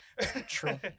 True